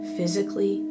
physically